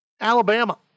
Alabama